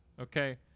okay